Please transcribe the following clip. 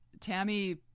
Tammy